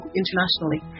internationally